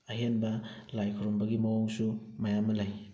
ꯑꯍꯦꯟꯕ ꯂꯥꯏ ꯈꯨꯔꯨꯝꯕꯒꯤ ꯃꯋꯣꯡꯁꯨ ꯃꯌꯥꯝ ꯑꯃ ꯂꯩ